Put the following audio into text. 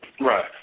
Right